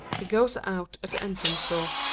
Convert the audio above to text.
he goes out at the entrance-door.